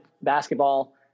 basketball